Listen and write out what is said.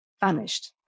vanished